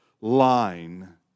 line